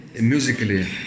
musically